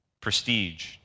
prestige